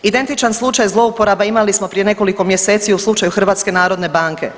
Identičan slučaj zlouporabe imali smo prije nekoliko mjeseci u slučaju HNB-a.